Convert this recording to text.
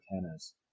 tennis